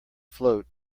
float